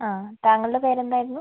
ആ താങ്കളുടെ പേരെന്തായിരുന്നു